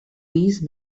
these